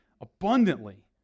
abundantly